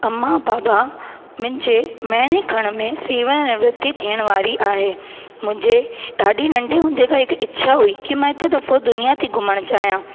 अम्मा बाबा मुंहिंजे महीने खण में शेवा निवृति थियण वारी आहे मुंजे ॾाढी नंढे हूंदे खां हिकु इच्छा हुई की मां हिकु दफ़ो दुनिया थी घुमणु चाहियां